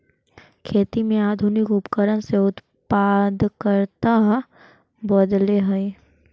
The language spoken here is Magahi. खेती में आधुनिक उपकरण से उत्पादकता बढ़ले हइ